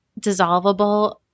dissolvable